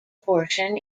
portion